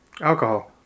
Alcohol